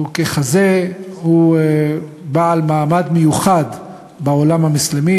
וככזה הוא בעל מעמד מיוחד בעולם המוסלמי